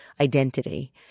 identity